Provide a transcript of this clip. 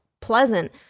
pleasant